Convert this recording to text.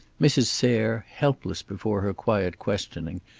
mrs. sayre, helpless before her quiet questioning,